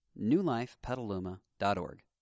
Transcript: newlifepetaluma.org